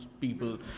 people